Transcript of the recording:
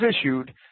issued